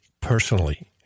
personally